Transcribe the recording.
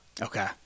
Okay